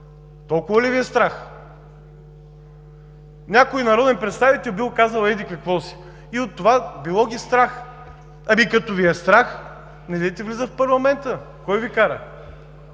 Толкова ли Ви е страх? Някой народен представител бил казал еди-какво си и от това било ги страх. Ами, като Ви е страх, недейте влиза в парламента. Кой Ви кара?